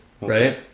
right